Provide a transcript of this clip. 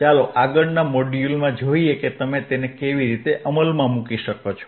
ચાલો આગળના મોડ્યુલમાં જોઈએ કે તમે તેને કેવી રીતે અમલમાં મૂકી શકો છો